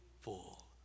full